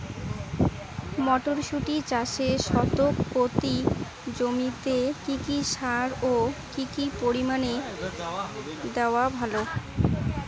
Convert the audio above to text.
মটরশুটি চাষে শতক প্রতি জমিতে কী কী সার ও কী পরিমাণে দেওয়া ভালো?